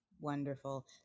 Wonderful